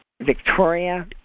Victoria